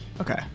Okay